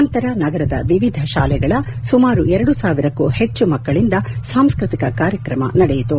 ನಂತರ ನಗರದ ವಿವಿಧ ಶಾಲೆಗಳ ಸುಮಾರು ಎರಡು ಸಾವಿರಕ್ಕೂ ಹೆಚ್ಚು ಮಕ್ಕಳಿಂದ ಸಾಂಸ್ಟತಿಕ ಕಾರ್ಯಕ್ರಮ ನಡೆಯಿತು